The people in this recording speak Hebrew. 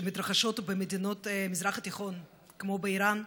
שמתרחשות במדינות המזרח התיכון, כמו באיראן,